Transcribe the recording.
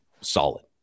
solid